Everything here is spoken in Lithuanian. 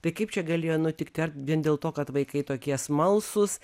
tai kaip čia galėjo nutikti ar vien dėl to kad vaikai tokie smalsūs